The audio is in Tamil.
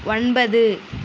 ஒன்பது